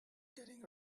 getting